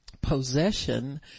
possession